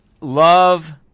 love